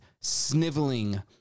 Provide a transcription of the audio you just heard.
sniveling